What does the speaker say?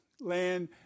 land